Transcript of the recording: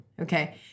Okay